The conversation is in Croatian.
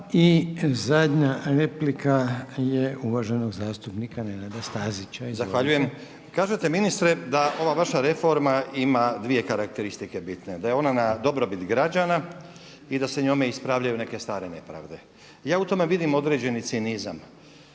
I zadnja replika je uvaženog zastupnika Nenada Stazića. **Stazić, Nenad (SDP)** Zahvaljujem. Kažete ministre da ova vaša reforma ima dvije karakteristike bitne. Da je ona na dobrobit građana i da se njome ispravljaju neke stare nepravde. Ja u tome vidim određeni cinizam.